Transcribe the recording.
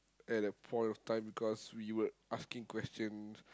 at the point of time because we were asking questions